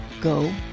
Go